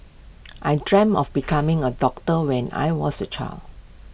I dreamt of becoming A doctor when I was A child